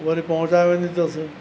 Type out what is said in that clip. वरी पहुचाई वेंदी अथसि